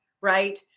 right